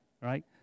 right